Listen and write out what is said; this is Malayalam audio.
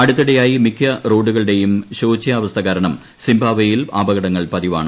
അടുത്തിടെയായി മിക്ക റോഡുകളുടെയും ശോച്യാവസ്ഥ കാരണം സിംബാബ്വെയിൽ അപകടങ്ങൾ പതിവാണ്